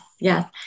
Yes